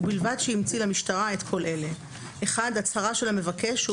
ובלבד שהמציא למשטרה את כל אלה: הצהרה של המבקש שהוא